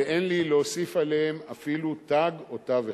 ואין לי להוסיף עליהם אפילו תג או תו אחד.